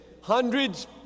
Hundreds